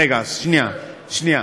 אתה יודע את זה, רגע, שנייה, שנייה.